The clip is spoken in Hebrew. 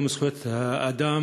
יום זכויות האדם,